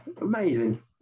amazing